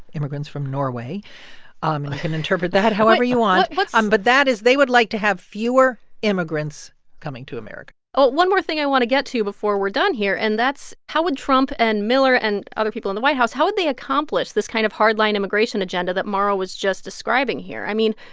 immigrants from norway. you um and can interpret that however you want. but what's. um but that is they would like to have fewer immigrants coming to america oh, one more thing i want to get to before we're done here, and that's how would trump and miller and other people in the white house how would they accomplish this kind of hard-line immigration agenda that mara was just describing here? i mean,